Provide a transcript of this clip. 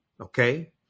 Okay